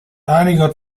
einiger